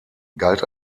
galt